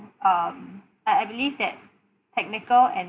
um I I believe that technical and